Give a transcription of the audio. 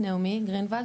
נעמי גרינוולד,